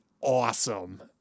awesome